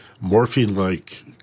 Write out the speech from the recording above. morphine-like